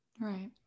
right